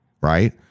right